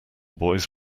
boys